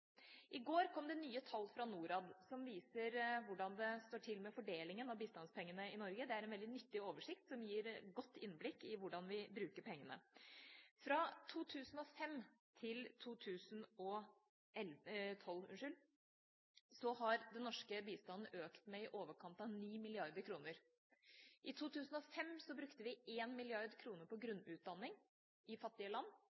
I går kom det nye tall fra Norad som viser hvordan det står til med fordelingen av bistandspengene i Norge. Det er en veldig nyttig oversikt som gir godt innblikk i hvordan vi bruker pengene. Fra 2005 til 2012 har den norske bistanden økt med i overkant av 9 mrd. kr. I 2005 brukte vi 1 mrd. kr på grunnutdanning i fattige land,